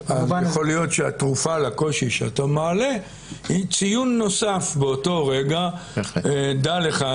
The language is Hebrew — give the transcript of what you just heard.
אז יכול להיות שהתרופה לקושי שאתה מעלה היא ציון נוסף באותו רגע: דע לך,